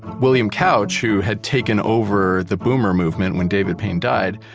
william couch, who had taken over the boomer movement when david payne died,